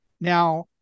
Now